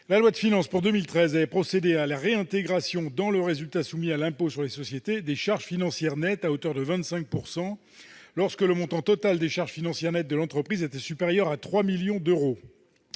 La loi de finances pour 2013 avait procédé à la réintégration, dans le résultat soumis à l'impôt sur les sociétés, des charges financières nettes à hauteur de 25 %, lorsque le montant total des charges financières nettes de l'entreprise était supérieur à 3 millions d'euros.